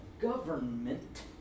government